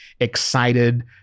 excited